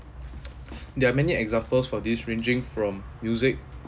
there are many examples for this ranging from music